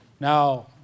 Now